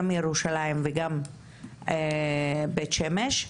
גם ירושלים וגם בית שמש,